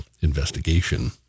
investigation